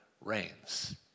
reigns